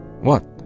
What